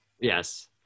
Yes